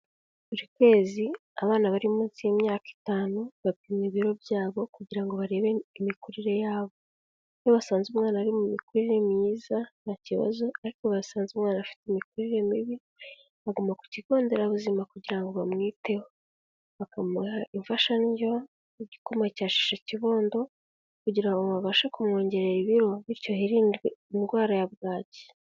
Buri kwezi abana bari munsi y'imyaka itanu, bapima ibiro byabo kugira ngo barebe imikurire yabo. Iyo basanze umwana ari mu mikurire myiza nta kibazo, ariko yo basanze umwana afite imikurire mibi, aguma ku kigo nderabuzima kugira ngo bamwiteho; bakamuha imfashandyo n'igikoma cya shisha kibondo, kugira ngo babashe kumwongerera ibiro, bityo hirindwe indwara ya bwaki.